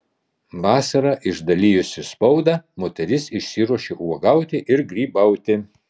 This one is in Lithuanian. vasarą išdalijusi spaudą moteris išsiruošia uogauti ir grybauti